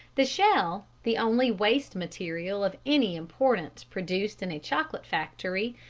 the shell, the only waste material of any importance produced in a chocolate factory,